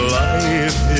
life